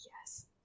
Yes